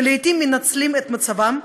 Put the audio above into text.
שלעיתים מנצלים את מצבם,